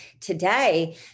today